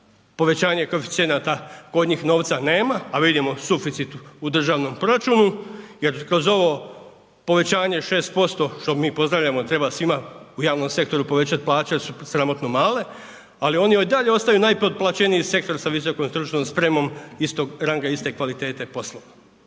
povećanje koeficijenata kod njih novca nema, a vidimo suficit u državnom proračunu jer kroz ovo povećanje 6% što mi pozdravljamo treba svima u javnom sektoru povećat plaće jer su sramotno male, ali oni i dalje ostaju najpotplaćeniji sektor sa VSS-om istog ranga, iste kvalitete poslova.